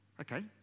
okay